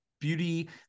beauty